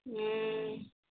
हूँ